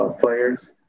players